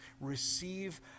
receive